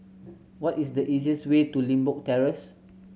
what is the easiest way to Limbok Terrace